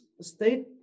state